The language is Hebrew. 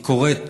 היא קורית